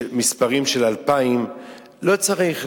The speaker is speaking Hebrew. מספרים של 2,000. לא צריך.